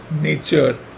nature